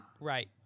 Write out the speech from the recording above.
right